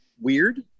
weird